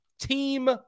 team